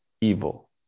evil